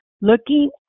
Looking